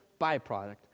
byproduct